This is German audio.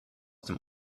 dem